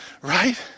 right